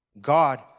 God